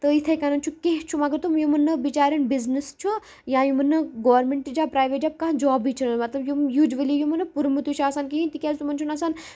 تہٕ یِتھَے کَنن چھُ کینٛہہ چھُ مگر تم یِمَن نہٕ بِچاریٚن بِزنِس چھُ یا یِمَن نہٕ گورمینٹ جاب پریٚویٹہ جا کانہہ جابٕے چھُنہٕ مطلب یِم یوٗجؤلی یِمو نہٕ پوٚرمُتُے آسان کِہیٖنۍ تِکیازِ تِمَن چھُنہٕ آسان